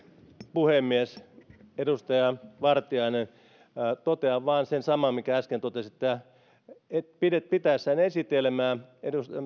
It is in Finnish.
puhemies edustaja vartiainen totean vain sen saman minkä äsken totesin että pitäessään esitelmää